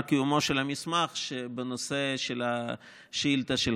קיומו של המסמך שבנושא של השאילתה שלך.